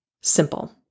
Simple